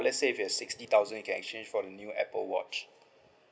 let's say if you have sixty thousand you can exchange for a new apple watch